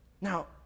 Now